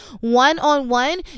one-on-one